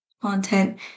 content